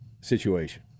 situation